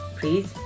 Please